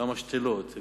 והמשתלות,